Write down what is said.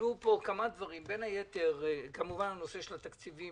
עלו פה כמה דברים, בין היתר כמובן נושא התקציבים,